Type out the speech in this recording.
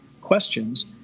questions